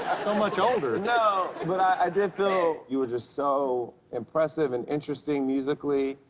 ah so much older. no. but i did feel you were just so impressive and interesting musically.